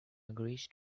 agrees